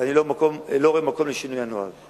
ואני לא רואה מקום לשינוי הנוהל.